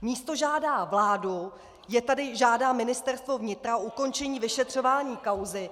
Místo žádá vládu, je tady žádá Ministerstvo vnitra o ukončení vyšetřování kauzy.